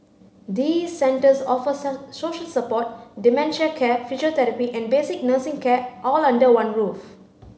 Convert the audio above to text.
these centres offer social support dementia care physiotherapy and basic nursing care all under one roof